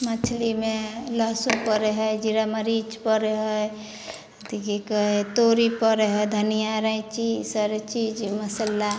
मछलीमे लहसुन परै हइ जीरा मरीच परै हइ तऽ की कहै हइ तोरी परै हइ धनिया रैची ई सारा चीज मसल्ला